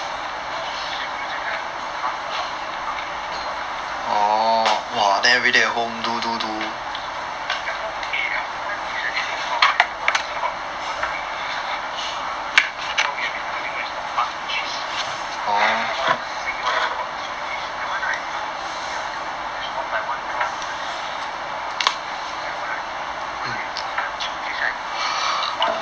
err no same using the art art art or what lah ya at home eh at home [one] is a different software at home one is called cause I think err what we have been learning [one] is art sync then at home [one] is the free [one] is called that one right you know we have to one by one draw out the building the road whatever right but